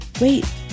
Wait